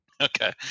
Okay